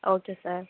okay sir